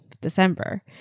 december